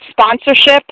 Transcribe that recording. sponsorship